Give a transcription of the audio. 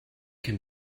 can